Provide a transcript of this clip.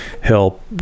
help